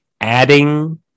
adding